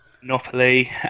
Monopoly